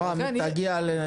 אדוני היושב-ראש,